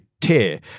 tear